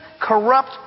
corrupt